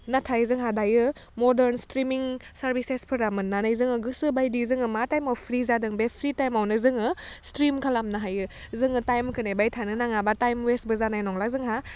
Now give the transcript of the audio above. नाथाय जोंहा दायो मदार्न स्ट्रिमिं सार्भिसेसफोरा मोननानै जोङो गोसोबायदि जोङो मा थाइमाव फ्रि जादों बे फ्रि थाइमावनो जोङो स्ट्रिम खालामनो हायो जोङो थाइमखौ नेबाय थानो नाङा बा थाइम वेस्टबो जानाय नंला जोंहा